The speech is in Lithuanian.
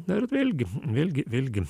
na ir vėlgi vėlgi vėlgi